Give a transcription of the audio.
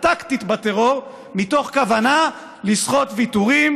טקטית בטרור מתוך כוונה לסחוט ויתורים,